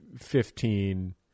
fifteen